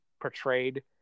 portrayed